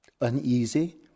uneasy